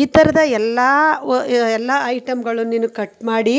ಈ ಥರದ ಎಲ್ಲ ಎಲ್ಲ ಐಟಮ್ಗಳು ನೀನು ಕಟ್ ಮಾಡಿ